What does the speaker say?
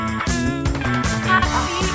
Happy